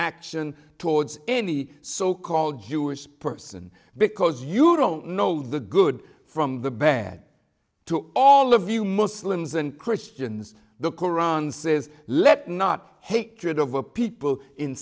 action towards any so called jewish person because you don't know the good from the bad to all of you muslims and christians the koran says let not hatred of a people